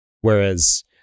whereas